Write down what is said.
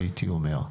הייתי אומר.